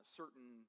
certain